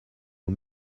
aux